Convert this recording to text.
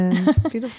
Beautiful